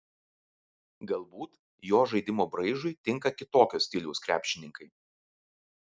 galbūt jo žaidimo braižui tinka kitokio stiliaus krepšininkai